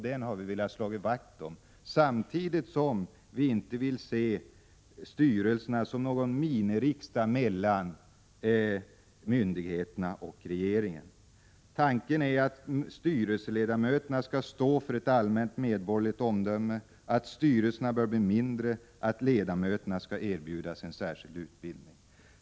Detta har vi velat slå vakt om samtidigt som vi inte vill se styrelserna som någon miniriksdag mellan myndigheterna och regeringen. Tanken är att styrelseledamöterna skall stå för ett allmänt medborgerligt omdöme, att styrelserna bör bli mindre och att ledamöterna skall erbjudas en särskild utbildning.